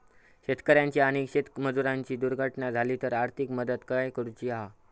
शेतकऱ्याची आणि शेतमजुराची दुर्घटना झाली तर आर्थिक मदत काय करूची हा?